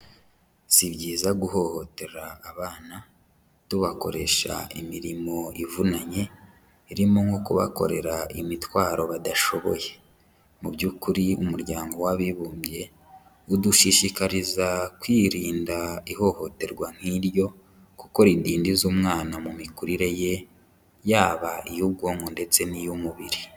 Si byiza guhohotera abana tubakoresha imirimo ivunanye irimo nko kubakorera imitwaro badashoboye, muby'ukuri Umuryango w'Abibumbye udushishikariza kwirinda ihohoterwa nk'iryo kuko ridindiza umwana mu mikurire ye yaba iy'ubwonko ndetse n'iy'umubiri.